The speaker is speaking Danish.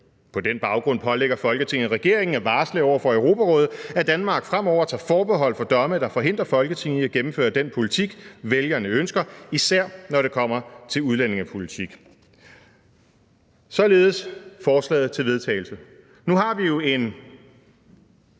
På den baggrund pålægger Folketinget regeringen at varsle over for Europarådet, at Danmark fremover tager forbehold for domme, der forhindrer Folketinget i at gennemføre den politik, vælgerne ønsker, især når det kommer til udlændingepolitik.« (Forslag til vedtagelse nr. V 89).